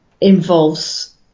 involves